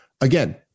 Again